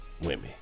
women